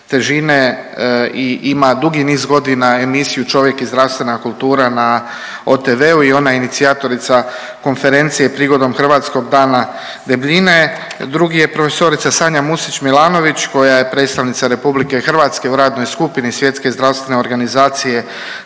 težine i ima dugi niz godina emisiju Čovjek i zdravstvena kultura na OTV-u i ona je inicijatorica konferencije prigodom hrvatskog Dana debljine. Drugi je prof. Sanja Musić Milanović koja je predstavnica RH u radnoj skupini SZO-a za prevenciju